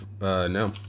no